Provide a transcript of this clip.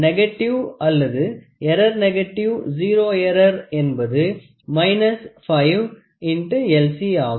negative அல்லது error negative zero error என்பது 5 X LC ஆகும்